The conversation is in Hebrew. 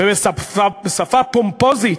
ובשפה פומפוזית